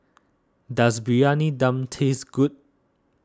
does Briyani Dum taste good